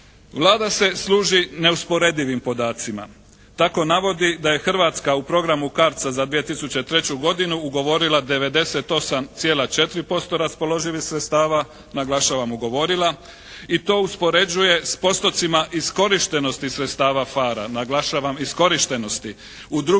Vlada se služi neusporedivim podacima. Tako navodi da je Hrvatska u programu CARDS-a za 2003. godinu ugovorila 98,4% raspoloživih sredstava, naglašavam ugovorila i to uspoređuje s postocima iskorištenosti sredstava PHARE-a. Naglašavam iskorištenosti, u drugim zemljama